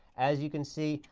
as you can see,